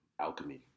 Alchemy